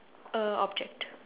uh object